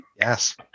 Yes